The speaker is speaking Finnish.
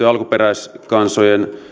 alkuperäiskansojen